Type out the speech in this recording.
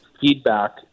feedback